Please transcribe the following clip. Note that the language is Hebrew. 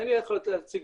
אין לי להציג לך,